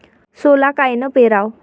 सोला कायनं पेराव?